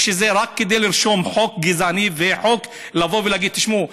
או שזה רק כדי לרשום חוק גזעני וחוק של לבוא ולהגיד: תשמעו,